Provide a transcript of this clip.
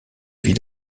vit